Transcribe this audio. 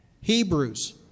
Hebrews